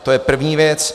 To je první věc.